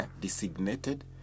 Designated